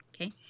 Okay